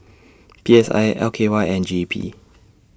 P S I L K Y and G E P